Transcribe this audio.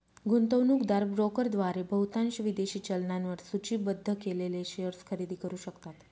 गुंतवणूकदार ब्रोकरद्वारे बहुतांश विदेशी चलनांवर सूचीबद्ध केलेले शेअर्स खरेदी करू शकतात